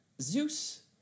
Zeus